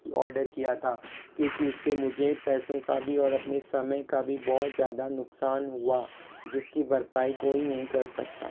order किया था क्योंकि इससे मुझे पैसों का भी और अपने समय का भी बहुत ज़्यादा नुकसान हुआ जिसकी भरपाई कोई नहीं कर सकता